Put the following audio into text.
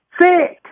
six